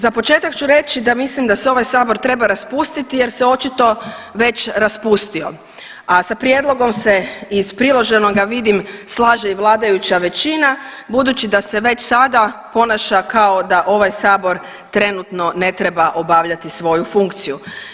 Za početak ću reći da mislim da se ovaj Sabor treba raspustiti jer se očito već raspustio, a sa prijedlogom se iz priloženoga, vidim, slaže i vladajuća većina budući da se već sada ponaša kao da ovaj Sabor trenutno ne treba obavljati svoju funkciju.